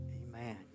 Amen